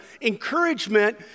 Encouragement